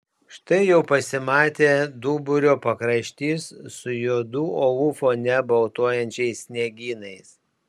štai jau pasimatė duburio pakraštys su juodų uolų fone baltuojančiais sniegynais